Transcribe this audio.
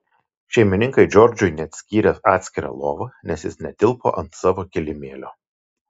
šeimininkai džordžui net skyrė atskirą lovą nes jis netilpo ant savo kilimėlio